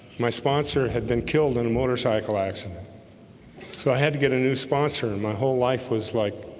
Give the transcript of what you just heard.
my sponsor had been killed in a motorcycle accident so i had to get a new sponsor. and my whole life was like